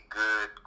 good